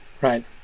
Right